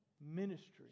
ministry